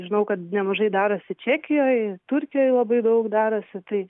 žinau kad nemažai darosi čekijoj turkijoj labai daug darosi tai